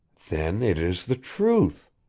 then it is the truth!